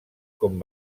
com